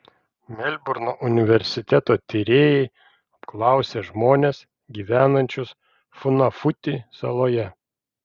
melburno universiteto tyrėjai apklausė žmones gyvenančius funafuti saloje